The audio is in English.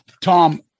Tom